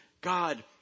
God